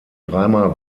dreimal